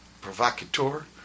provocateur